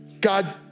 God